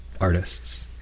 artists